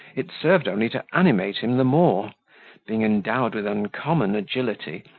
it served only to animate him the more being endowed with uncommon agility,